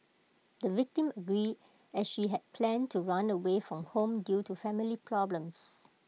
the victim agreed as she had planned to run away from home due to family problems